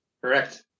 Correct